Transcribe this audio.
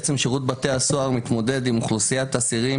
בעצם שירות בתי הסוהר מתמודד עם אוכלוסיית אסירים